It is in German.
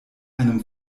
einem